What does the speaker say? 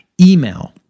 email